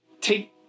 take